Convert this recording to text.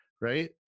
right